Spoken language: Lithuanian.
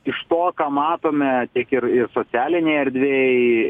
iš to ką matome tiek ir ir socialinėj erdvėj